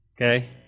okay